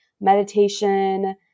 meditation